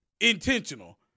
intentional